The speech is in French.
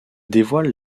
dévoile